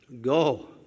Go